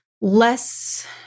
less